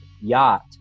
yacht